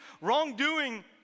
wrongdoing